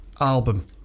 album